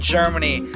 Germany